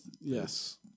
Yes